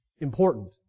important